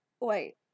wait